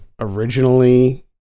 originally